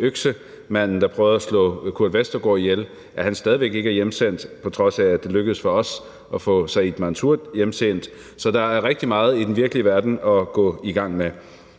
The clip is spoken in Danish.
øksemand, som prøvede at slå Kurt Westergaard ihjel, og som stadig væk ikke er hjemsendt, på trods af at det lykkedes for os at få Said Mansour hjemsendt. Så der er rigtig meget i den virkelige verden at gå i gang med.